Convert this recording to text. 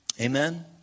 Amen